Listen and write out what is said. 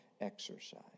exercise